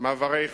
ומעברי חצייה.